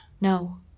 No